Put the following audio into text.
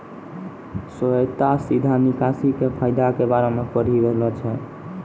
श्वेता सीधा निकासी के फायदा के बारे मे पढ़ि रहलो छै